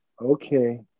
Okay